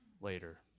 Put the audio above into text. later